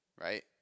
right